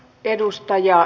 edustaja